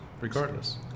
regardless